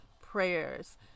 prayers